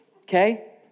okay